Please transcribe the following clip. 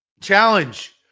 Challenge